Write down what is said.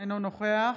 אינו נוכח